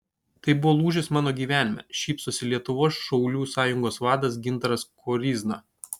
tai buvo lūžis mano gyvenime šypsosi lietuvos šaulių sąjungos vadas gintaras koryzna